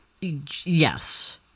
Yes